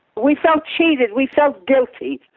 we felt cheated, we felt guilty.